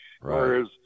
Whereas